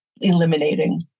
eliminating